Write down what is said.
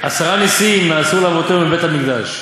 "עשרה נסים נעשו לאבותינו בבית-המקדש: